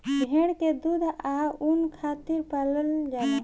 भेड़ के दूध आ ऊन खातिर पलाल जाला